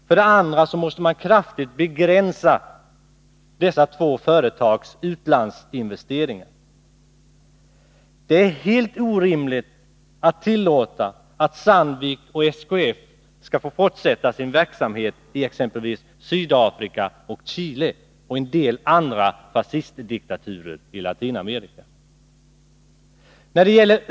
För det andra måste man kraftigt begränsa dessa två företags utlandsinvesteringar. Det är helt orimligt att tillåta Sandvik och SKF att fortsätta verksamheten i exempelvis Sydafrika och Chile och en del andra fascistdiktaturer i Latinamerika.